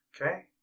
Okay